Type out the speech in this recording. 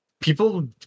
people